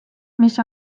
mis